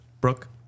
Brooke